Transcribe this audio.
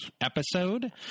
episode